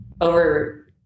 over